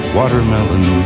watermelon